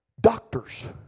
doctors